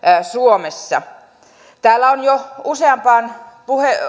suomessa täällä on jo useampaan